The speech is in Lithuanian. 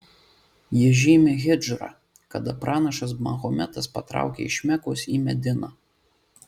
ji žymi hidžrą kada pranašas mahometas patraukė iš mekos į mediną